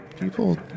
People